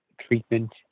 treatment